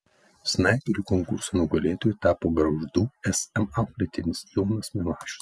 snaiperių konkurso nugalėtoju tapo gargždų sm auklėtinis jonas milašius